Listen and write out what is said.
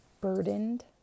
burdened